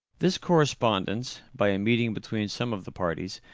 this correspondence, by a meeting between some of the parties,